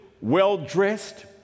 well-dressed